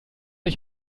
ich